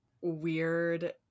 weird